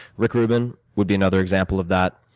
rick ruben would be another example of that.